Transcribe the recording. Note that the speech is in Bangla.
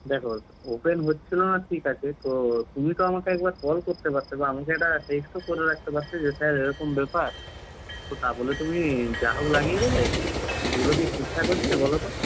দেখো ওপেন হচ্ছিল না ঠিক আছে তো তুমি তো আমাকে একবার কল করতে পারতে বা আমাকে একটা টেক্সটও করে রাখতে পারতে যে স্যার এরকম ব্যাপার তো তা বলে তুমি যা হোক লাগিয়ে দেবে এগুলো কি ঠিকঠাক হচ্ছে বলো তো